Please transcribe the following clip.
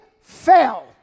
fell